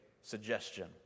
suggestion